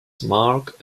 mark